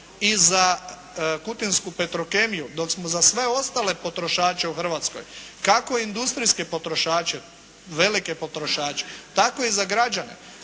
i za kutinsku Petrokemiju dok smo za sve ostale potrošače u Hrvatskoj kako industrijske potrošače, velike potrošače tako i za građane